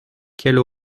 quelle